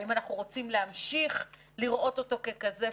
האם אנחנו רוצים להמשיך לראות אותו ככזה,